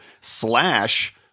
slash